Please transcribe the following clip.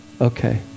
okay